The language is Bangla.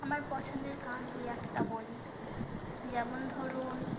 আমার পছন্দের গান দুই একটা বলি যেমন ধরুন